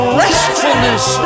restfulness